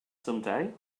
someday